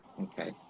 okay